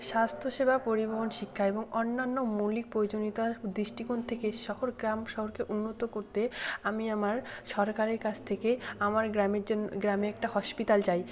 স্বাস্থ্যসেবা পরিবহন শিক্ষা এবং অন্যান্য মৌলিক প্রয়োজনীয়তার দৃষ্টিকোণ থেকে শহর গ্রাম শহরকে উন্নত করতে আমি আমার সরকারের কাছ থেকে আমার গ্রামের জন্য গ্রামে একটা হসপিটাল চাই